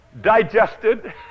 digested